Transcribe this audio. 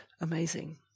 amazing